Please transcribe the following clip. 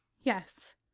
yes